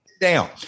Down